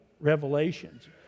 revelations